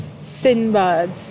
Sinbad